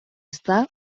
ezta